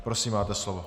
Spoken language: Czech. Prosím, máte slovo.